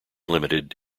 limited